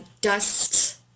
dust